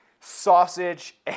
sausage